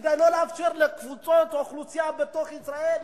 כדי לא לאפשר לקבוצות אוכלוסייה בתוך ישראל,